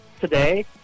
today